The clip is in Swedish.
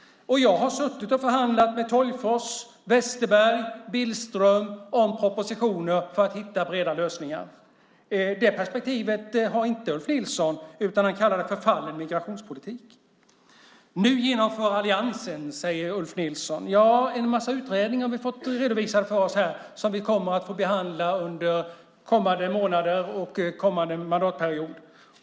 Jag har suttit och förhandlat med Tolgfors, Westerberg och Billström om propositioner för att hitta breda lösningar. Det perspektivet har inte Ulf Nilsson, utan han kallar det för förfallen migrationspolitik. Nu genomför alliansen det ena och det andra, säger Ulf Nilsson. Vi har fått en massa utredningar redovisade för oss här som vi kommer att få behandla under kommande månader och kommande mandatperiod.